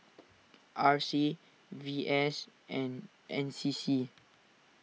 R C V S and N C C